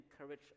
encourage